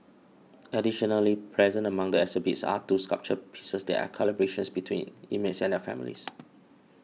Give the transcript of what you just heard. additionally present among the exhibits are two sculpture pieces that are collaborations between inmates and their families